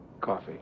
Coffee